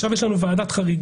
כאן יש לנו ועדת חריגים.